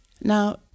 Now